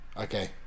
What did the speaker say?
Okay